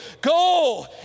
go